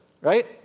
right